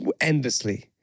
endlessly